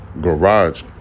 garage